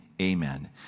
amen